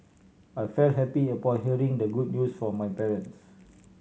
I felt happy upon hearing the good news from my parents